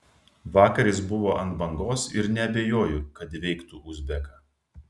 vakar jis buvo ant bangos ir neabejoju kad įveiktų uzbeką